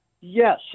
Yes